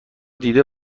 دیده